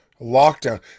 lockdown